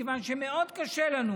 מכיוון שמאוד קשה לנו